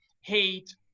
hate